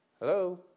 Hello